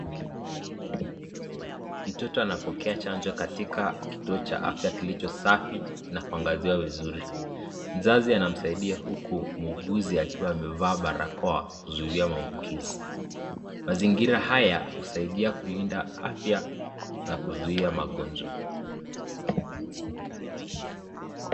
Mtoto anapokea chanjo katika kituo cha afya kilicho safi na kuangaziwa vizuri, mzazi anamsaidia huku muuguzi akiwa amevaa barakoa kuzuilia maambukizi, mazingira haya husaidia kulinda afya na kuzuia magonjwa.